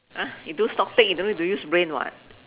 !huh! you do stock take you don't need to use brain [what]